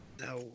Now